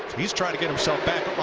he is trying to get himself back.